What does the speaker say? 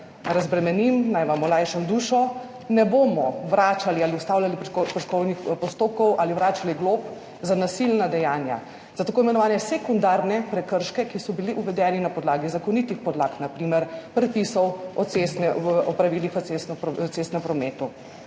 razbremenim, naj vam olajšam dušo, ne bomo vračali ali ustavljali prekrškovnih postopkov ali vračali glob za nasilna dejanja, za tako imenovane sekundarne prekrške, ki so bili uvedeni na podlagi zakonitih podlag, na primer predpisov o pravilih v cestnem prometu